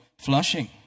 flushing